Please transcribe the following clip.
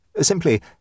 Simply